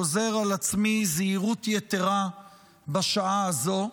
גוזר על עצמי זהירות יתרה בשעה הזו.